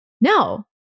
no